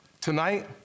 Tonight